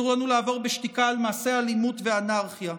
אסור לנו לעבור בשתיקה על מעשי אלימות ואנרכיה.